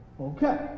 Okay